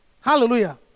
Hallelujah